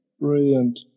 Brilliant